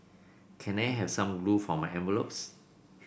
can I have some glue for my envelopes